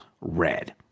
red